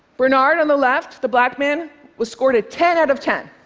bernard, on the left, the black man, was scored a ten out of ten.